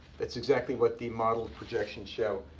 that's exactly what the model projections show.